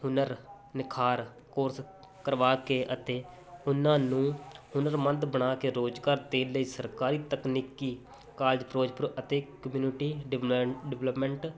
ਹੁਨਰ ਨਿਖਾਰ ਕੋਰਸ ਕਰਵਾ ਕੇ ਅਤੇ ਉਨਾਂ ਨੂੰ ਹੁਨਰਮੰਦ ਬਣਾ ਕੇ ਰੋਜ਼ਗਾਰ ਦੇਣ ਲਈ ਸਰਕਾਰੀ ਤਕਨੀਕੀ ਕਾਲਜ ਫ਼ਿਰੋਜ਼ਪੁਰ ਅਤੇ ਕਮਿਊਨਿਟੀ ਡਿਮਾਡ ਡਿਪਲੋਮੈਟ